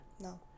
No